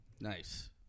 Nice